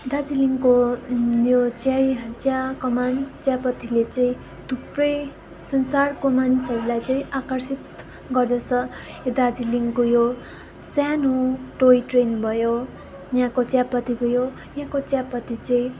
दार्जिलिङको यो चिया चिया कमान चियापत्तीले चाहिँ थुप्रै संसारको मानिसहरूलाई चाहिँ आकर्षित गर्दछ यो दार्जिलिङको यो सानो टोय ट्रेन भयो यहाँको चियापत्ती भयो यहाँको चियापत्ती चाहिँ